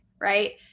right